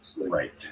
right